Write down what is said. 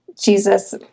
Jesus